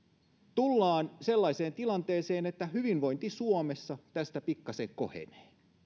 tullaan sellaiseen tilanteeseen että hyvinvointi suomessa tästä pikkasen kohenee